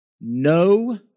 No